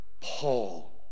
Paul